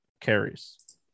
carries